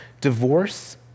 divorce